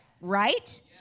right